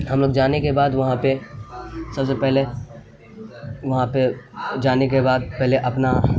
ہم لوگ جانے کے بعد وہاں پہ سب سے پہلے وہاں پہ جانے کے بعد پہلے اپنا